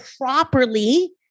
properly